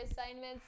assignments